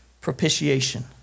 propitiation